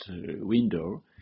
window